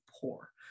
poor